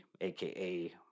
aka